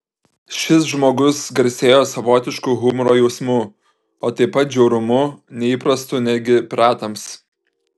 šis žmogus garsėjo savotišku humoro jausmu o taip pat žiaurumu neįprastu netgi piratams